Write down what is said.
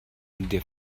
der